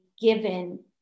given